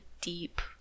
deep